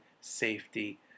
safety